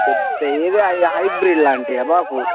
పెద్ద ఏది హై హైబ్రిడ్ లాంటివా బాపు